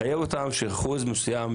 לחייב אותן שאחוז מסוים,